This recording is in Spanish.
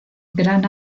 gran